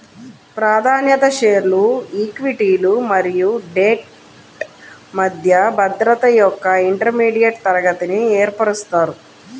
ప్రాధాన్యత షేర్లు ఈక్విటీలు మరియు డెట్ మధ్య భద్రత యొక్క ఇంటర్మీడియట్ తరగతిని ఏర్పరుస్తాయి